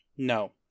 No